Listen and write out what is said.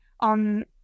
on